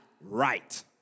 right